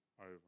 over